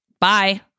bye